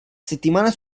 settimana